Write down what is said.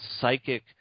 psychic